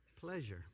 pleasure